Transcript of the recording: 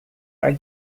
are